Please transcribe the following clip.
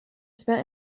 spent